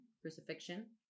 crucifixion